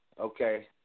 okay